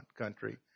country